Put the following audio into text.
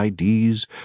IDs